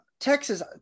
Texas